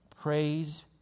Praise